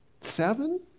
Seven